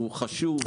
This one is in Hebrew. הוא חשוב,